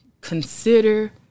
consider